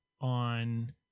on